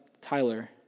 Tyler